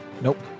Nope